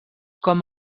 com